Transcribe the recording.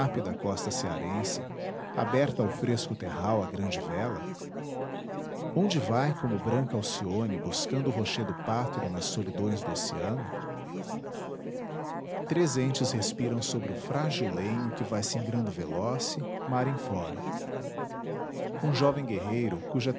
a costa cearense aberta ao fresco terral a grande vela onde vai como branca alcíone buscando o rochedo pátrio nas solidões do oceano três entes respiram sobre o frágil lenho que vai singrando veloce mar em fora um jovem guerreiro cuja